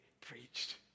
preached